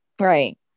Right